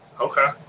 Okay